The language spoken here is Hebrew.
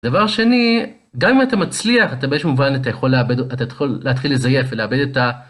דבר שני, גם אם אתה מצליח, אתה באיזשהו מובן, אתה יכול לאבד… אתה יכול להתחיל לזייף ולאבד את ה...